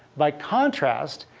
by contrast,